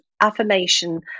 affirmation